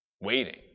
waiting